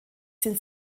sind